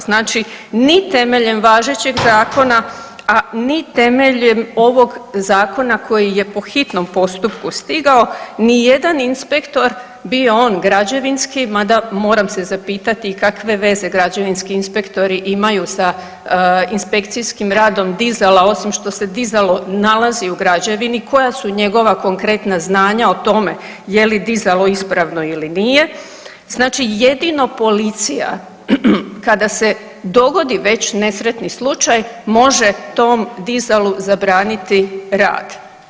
Znači ni temeljem važećeg zakona, a ni temeljem ovog zakona koji je po hitnom postupku stigao ni jedan inspektor bio on građevinski mada moram se zapitati kakve veze građevinski inspektori imaju sa inspekcijskim radom dizala osima što se dizalo nalazi u građevini, koja su njegova konkretna znanja o tome, je li dizalo ispravno ili nije, znači jedino policija kada se dogodi već nesretni slučaj može tom dizalu zabraniti rad.